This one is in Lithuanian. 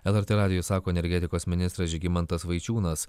lrt radijui sako energetikos ministras žygimantas vaičiūnas